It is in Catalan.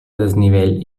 desnivell